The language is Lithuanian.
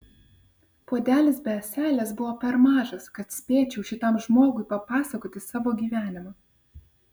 puodelis be ąselės buvo per mažas kad spėčiau šitam žmogui papasakoti savo gyvenimą